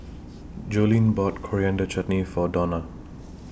Joline bought Coriander Chutney For Dawna